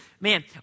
man